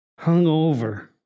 hungover